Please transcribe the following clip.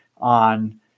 on